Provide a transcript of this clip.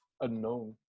unknown